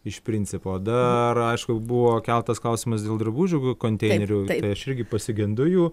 iš principo dar aišku buvo keltas klausimas dėl drabužių konteinerių tai aš irgi pasigendu jų